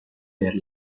per